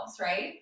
Right